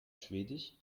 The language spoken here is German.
schwedisch